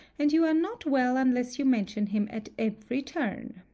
and you are not well unless you mention him at every turn.